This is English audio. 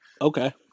okay